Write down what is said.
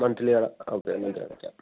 monthly അട okay എന്നിട്ട് അടയ്ക്കാം